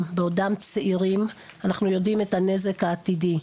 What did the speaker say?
בעודם צעירים אנחנו יודעים את הנזק העתידי.